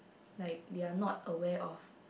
like they are not aware of